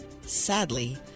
sadly